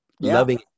loving